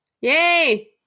Yay